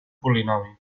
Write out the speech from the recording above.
polinomi